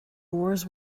worse